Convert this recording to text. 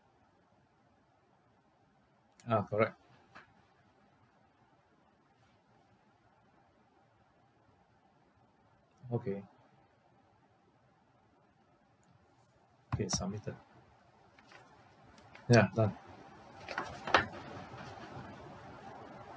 ah correct okay K submitted ya done